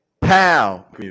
Pow